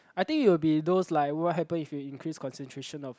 I think it will be those like what happen if you increase concentration of